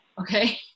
okay